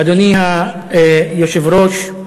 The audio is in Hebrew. אדוני היושב-ראש,